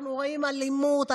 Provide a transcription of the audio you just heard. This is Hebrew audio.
אנחנו רואים אלימות,